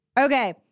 Okay